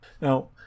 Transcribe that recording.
now